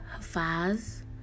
Hafaz